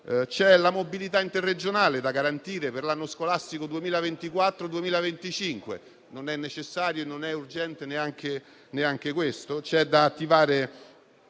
C'è la mobilità interregionale da garantire per l'anno scolastico 2024-2025: non è necessario e urgente neanche questo? C'è da attivare